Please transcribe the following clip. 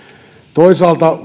toisaalta